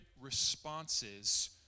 responses